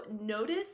notice